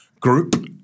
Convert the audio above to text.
group